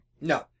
No